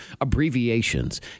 abbreviations